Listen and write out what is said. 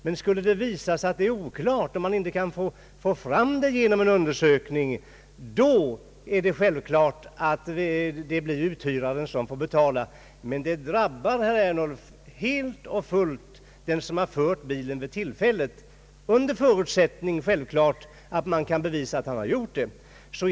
Skulle det emellertid visa sig att det är oklart — om man inte genom en undersökning kan få fram det verkliga förhållandet — blir det givetvis uthyraren som får betala. Men det drabbar, herr Ernulf, den som vid tillfället har fört bilen, under förutsättning att man kan bevisa vem det är.